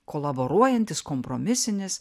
kolaboruojantis kompromisinis